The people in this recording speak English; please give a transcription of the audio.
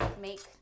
make